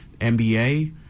NBA